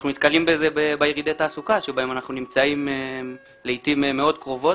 אנחנו נתקלים בזה בירידי התעסוקה בהם אנחנו נמצאים לעתים מאוד קרובות.